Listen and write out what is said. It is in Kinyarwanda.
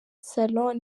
salon